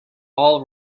all